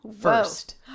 first